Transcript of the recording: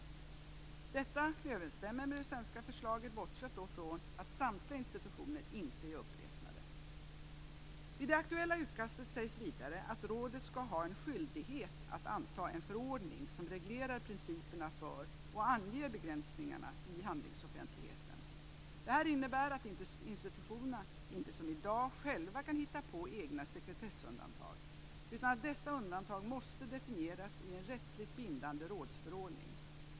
Detta överensstämmer med det svenska förslaget, bortsett från att samtliga institutioner inte är uppräknade. I det aktuella utkastet sägs vidare att rådet skall ha en skyldighet att anta en förordning som reglerar principerna för och anger begränsningarna i handlingsoffentligheten. Detta innebär att institutionerna inte som i dag själva kan hitta på egna sekretessundantag, utan att dessa undantag måste definieras i en rättsligt bindande rådsförordning.